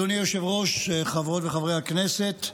אדוני היושב-ראש, חברות וחברי הכנסת,